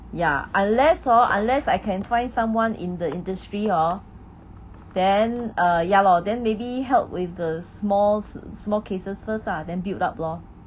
ya unless hor unless I can find someone in the industry hor then err ya lor then maybe help with the small small cases first lah then build up lor